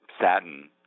satin